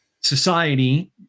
society